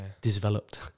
Developed